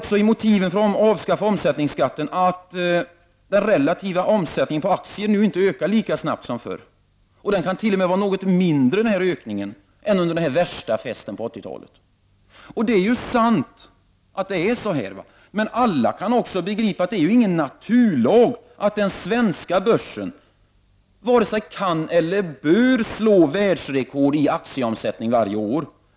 I motiven för att avskaffa omsättningsskatten sägs att den relativa omsättningen på aktier nu inte ökar lika snabbt som förr. Ökningen kan t.o.m. vara något mindre än under den värsta festen på 1980-talet. Det är sant att det är så, men alla begriper att det inte är någon naturlag som gör att den svenska börsen vare sig kan eller bör slå världsrekord i aktieomsättning varje år.